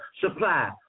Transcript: supply